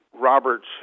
Roberts